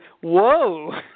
whoa